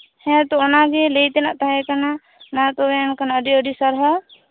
ᱦᱮᱸᱛᱚ ᱚᱱᱟᱜᱮ ᱞᱟᱹᱭ ᱛᱮᱱᱟᱜ ᱛᱟᱦᱮᱠᱟᱱᱟ ᱢᱟ ᱛᱚᱵᱮ ᱮᱱᱠᱷᱟᱱ ᱟᱹᱰᱤ ᱟᱹᱰᱤ ᱥᱟᱨᱦᱟᱣ